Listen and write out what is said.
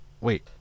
Wait